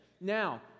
Now